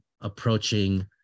approaching